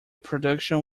production